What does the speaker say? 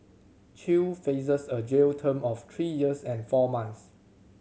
Chew faces a jail term of three years and four months